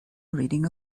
reading